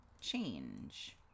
change